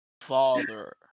Father